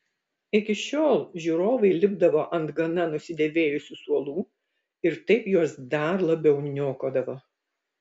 iki šiol žiūrovai lipdavo ant gana nusidėvėjusių suolų ir taip juos dar labiau niokodavo